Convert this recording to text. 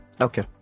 Okay